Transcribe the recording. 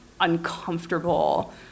uncomfortable